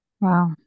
Wow